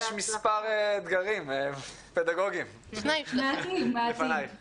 יש מספר אתגרים פדגוגיים לפנייך.